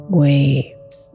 waves